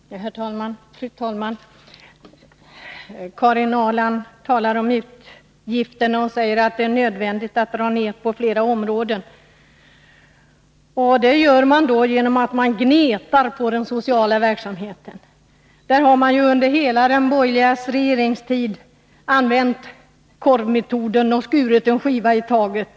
Fru talman! Karin Ahrland talar om utgifter och säger att det är nödvändigt att dra ner på flera områden. Det gör man då genom att man gnetar på den sociala verksamheten. Där har man under de borgerligas hela regeringstid använt ”korvmetoden” och skurit en skiva i taget.